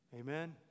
Amen